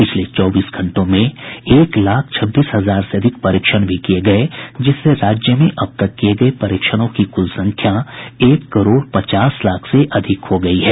पिछले चौबीस घंटों में एक लाख छब्बीस हजार से अधिक परीक्षण भी किये गये हैं जिससे राज्य में अब तक किये गये परीक्षणों की कुल संख्या एक करोड़ पचास लाख से अधिक हो गयी है